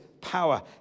power